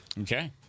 Okay